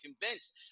convinced